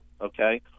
okay